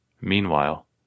Meanwhile